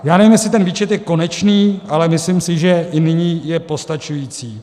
Já nevím, jestli ten výčet je konečný, ale myslím si, že i nyní je postačující.